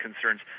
concerns